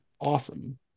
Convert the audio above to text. awesome